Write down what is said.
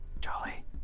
Jolly